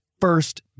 first